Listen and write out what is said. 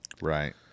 Right